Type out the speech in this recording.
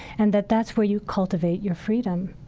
and that that's where you cultivate your freedom,